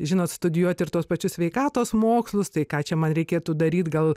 žinot studijuoti ir tuos pačius sveikatos mokslus tai ką čia man reikėtų daryti gal